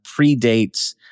predates